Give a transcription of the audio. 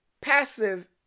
passive